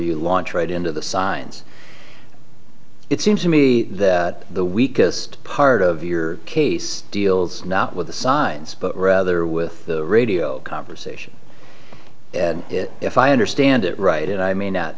you launch right into the science it seems to me that the weakest part of your case deals not with the sides but rather with the radio conversation if i understand it right and i may not